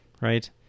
Right